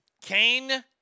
Kane